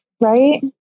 right